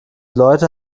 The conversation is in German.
leute